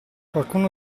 qualcuno